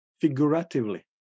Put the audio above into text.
figuratively